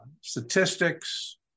statistics